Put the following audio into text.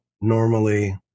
normally